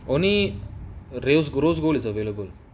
only rose gold is available